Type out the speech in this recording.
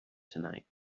tonight